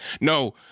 No